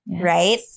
Right